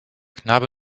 knabe